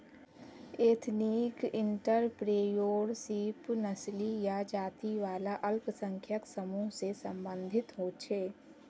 ethnic entrepreneurship नस्ली या जाती वाला अल्पसंख्यक समूह से सम्बंधित होछे